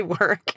work